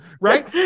right